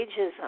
ageism